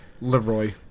Leroy